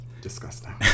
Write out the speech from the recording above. Disgusting